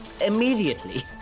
immediately